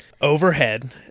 overhead